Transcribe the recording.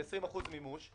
ב-20% מימוש,